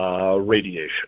radiation